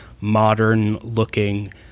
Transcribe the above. modern-looking